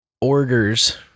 orders